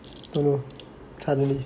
don't know suddenly